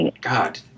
God